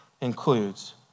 includes